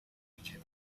egypt